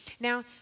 Now